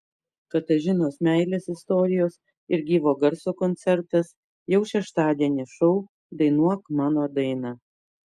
katažinos meilės istorijos ir gyvo garso koncertas jau šeštadienį šou dainuok mano dainą